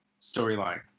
storyline